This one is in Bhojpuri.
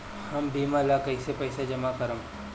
हम बीमा ला कईसे पईसा जमा करम?